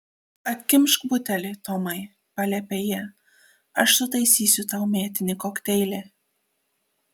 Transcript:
atkimšk butelį tomai paliepė ji aš sutaisysiu tau mėtinį kokteilį